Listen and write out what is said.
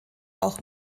auch